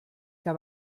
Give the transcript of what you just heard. que